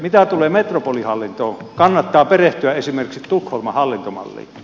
mitä tulee metropolihallintoon kannattaa perehtyä esimerkiksi tukholman hallintomalliin